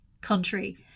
country